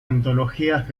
antologías